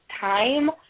time